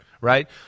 right